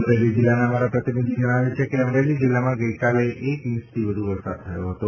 અમરેલી જિલ્લાના અમારા પ્રતિનિધિ જણાવે છે કે અમરેલી જિલ્લામાં ગઇકાલે એક ઇંચથી વધુ વરસાદ થયો હતો